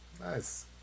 Nice